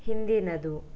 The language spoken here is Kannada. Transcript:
ಹಿಂದಿನದು